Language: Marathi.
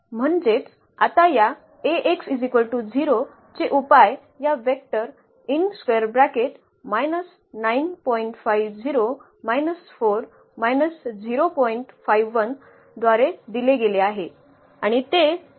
म्हणजेच आता या चे उपाय या वेक्टर द्वारे दिले गेले आहे आणि ते आधीच दिले गेले आहे